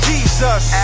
Jesus